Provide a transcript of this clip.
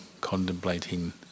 contemplating